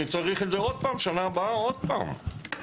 אני צריך את זה בשנה הבאה עוד פעם.